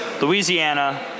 Louisiana